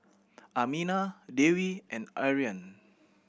Aminah Dewi and Aryan